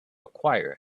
acquire